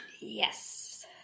Yes